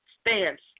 stance